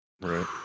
Right